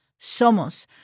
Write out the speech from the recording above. somos